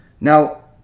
Now